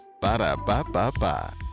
Ba-da-ba-ba-ba